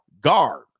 guard